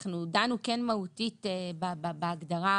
אנחנו דנו, מהותית, בהגדרה